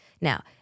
Now